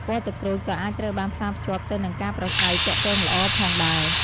ពណ៌ទឹកក្រូចក៏អាចត្រូវបានផ្សារភ្ជាប់ទៅនឹងការប្រាស្រ័យទាក់ទងល្អផងដែរ។